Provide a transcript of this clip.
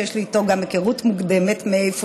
שיש לי איתו גם היכרות מוקדמת מאיפשהו,